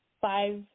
five